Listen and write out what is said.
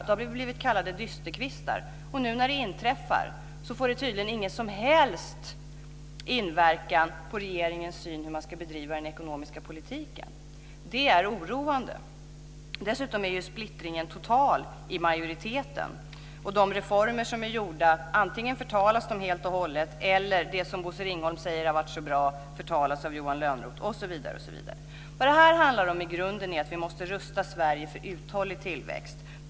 Då har vi blivit kallade dysterkvistar, och nu när det inträffar får det tydligen ingen som helst inverkan på regeringens syn på hur man ska bedriva den ekonomiska politiken. Det är oroande. Dessutom är ju splittringen total i majoriteten. De reformer som är gjorda förtalas. Det som Bosse Ringholm säger har varit så bra förtalas av I grunden handlar det om att vi måste rusta Sverige för uthållig tillväxt.